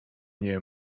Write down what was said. nie